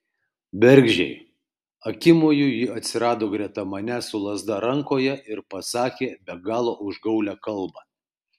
bergždžiai akimoju ji atsirado greta manęs su lazda rankoje ir pasakė be galo užgaulią kalbą